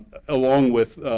along with